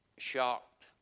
shocked